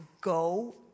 Go